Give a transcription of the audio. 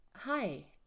Hi